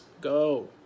Go